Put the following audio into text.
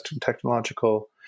technological